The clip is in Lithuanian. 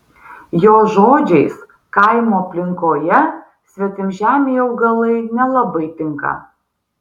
jo žodžiais kaimo aplinkoje svetimžemiai augalai nelabai tinka